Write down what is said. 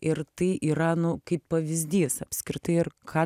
ir tai yra nu kaip pavyzdys apskritai ir ką